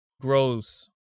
grows